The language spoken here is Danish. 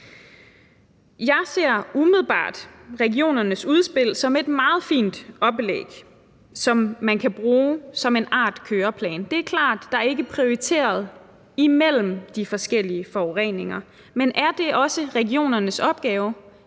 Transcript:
Jeg ser umiddelbart regionernes udspil som et meget fint oplæg, som man kan bruge som en art køreplan. Det er klart, at der ikke er prioriteret imellem de forskellige forureninger, men er det også regionernes opgave?